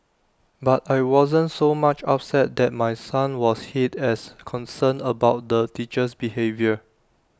but I wasn't so much upset that my son was hit as concerned about the teacher's behaviour